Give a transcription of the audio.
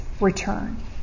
Return